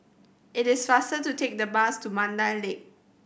it is faster to take the bus to Mandai Lake